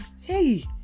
Hey